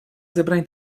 zebrań